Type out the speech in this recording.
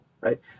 right